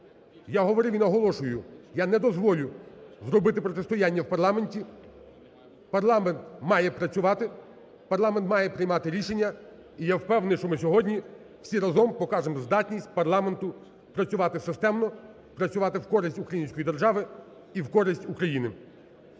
Я говорив і наголошую, я не дозволю зробити протистояння в парламенті, парламент має працювати, парламент має приймати рішення і я впевнений, що ми сьогодні всі разом покажемо здатність парламенту працювати системно, працювати в користь української держави і в користь України.